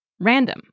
random